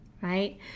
right